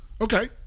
Okay